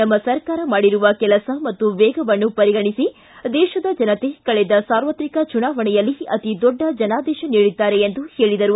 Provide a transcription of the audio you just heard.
ನಮ್ಮ ಸರ್ಕಾರ ಮಾಡಿರುವ ಕೆಲಸ ಹಾಗೂ ವೇಗವನ್ನು ಪರಿಗಣಿಸಿ ದೇಶದ ಜನತೆ ಕಳೆದ ಸಾರ್ವತ್ರಿಕ ಚುನಾವಣೆಯಲ್ಲಿ ಅತಿ ದೊಡ್ಡ ಜನಾದೇಶ ನೀಡಿದ್ದಾರೆ ಎಂದು ಹೇಳಿದರು